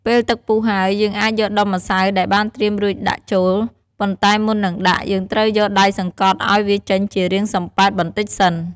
ពេលទឹកពុះហើយ យើងអាចយកដុំម្សៅដែលបានត្រៀមរួចដាក់ចូល ប៉ុន្តែមុននឹងដាក់ យើងត្រូវយកដៃសង្កត់ឲ្យវាចេញជារាងសំប៉ែតបន្តិចសិន។